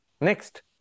next